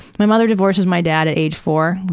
my mother divorces my dad at age four,